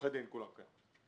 עורכי דין כולם, כן.